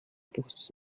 vos